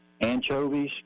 anchovies